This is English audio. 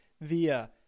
via